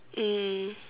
mm